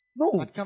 No